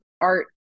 art